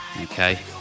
Okay